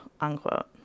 unquote